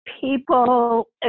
people